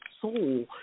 soul